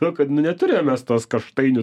nu kad nu neturim mes tos kaštainių